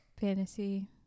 Fantasy